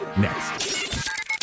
next